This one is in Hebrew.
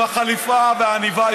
עם החליפה והעניבה,